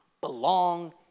belong